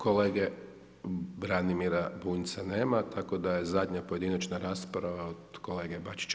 Kolege Branimira Bunjca nema, tako da je zadnja pojedinačna rasprava od kolege Bačića.